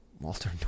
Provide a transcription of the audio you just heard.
Walter